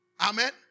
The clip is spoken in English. Amen